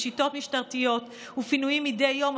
פשיטות משטרתיות ופינויים מדי יום,